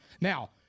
Now –